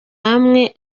amwe